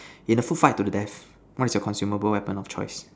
in a food fight to the death what is your consumable weapon of choice